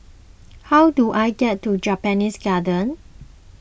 how do I get to Japanese Garden